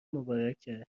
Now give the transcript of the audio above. مبارکه